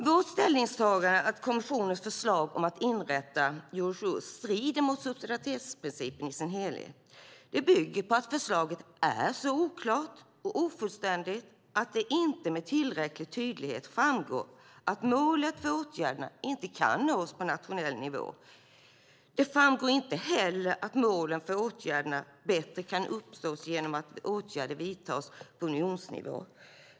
Vårt ställningstagande att kommissionens förslag om att inrätta Eurosur strider mot subsidiaritetsprincipen i sin helhet bygger på att förslaget är så oklart och ofullständigt att det inte med tillräcklig tydlighet framgår att målet för åtgärderna inte kan nås på nationell nivå. Det framgår inte heller att målen för åtgärderna bättre kan uppnås genom att åtgärder vidtas på unionsnivå.